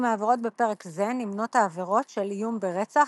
העבירות בפרק זה נמנות העבירות של איום ברצח,